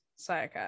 sayaka